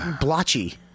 blotchy